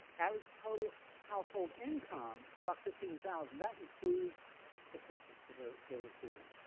average total household income is about fifteen thousand. that includes assistance they're they're receiving